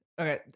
Okay